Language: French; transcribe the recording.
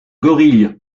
gorille